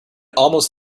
almost